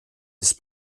ist